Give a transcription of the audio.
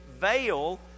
veil